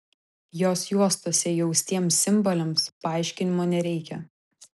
jos juostose įaustiems simboliams paaiškinimo nereikia